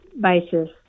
basis